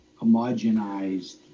homogenized